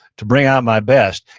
to bring out my best,